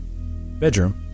bedroom